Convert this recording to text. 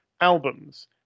albums